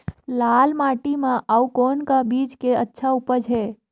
लाल माटी म अउ कौन का चीज के अच्छा उपज है?